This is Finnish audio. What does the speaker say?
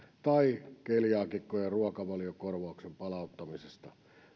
tai keliaakikkojen ruokavaliokorvauksen palauttamisesta